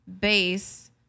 base